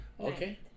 Okay